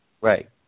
Right